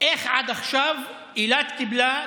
איך עד עכשיו אילת קיבלה,